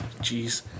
Jeez